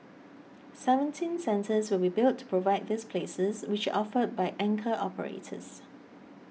seventeen centres will be built to provide these places which are offered by anchor operators